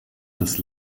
des